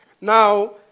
Now